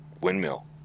windmill